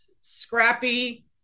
scrappy